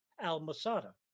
al-Masada